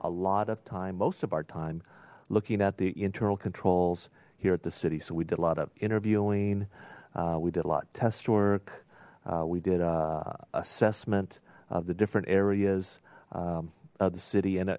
a lot of time most of our time looking at the internal controls here at the city so we did a lot of interviewing we did a lot test work we did a assessment of the different areas of the city